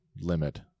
limit